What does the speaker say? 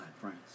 friends